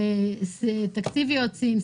תקציב יועצים,